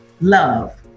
love